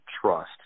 Trust